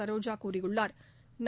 சரோஜா கூறியுள்ளா்